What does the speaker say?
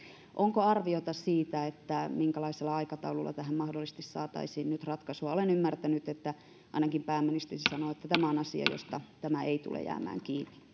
onko arviota siitä minkälaisella aikataululla tähän mahdollisesti saataisiin nyt ratkaisua olen ymmärtänyt ja ainakin pääministeri sanoo että tämä on asia josta tämä ei tule jäämään kiinni